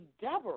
Deborah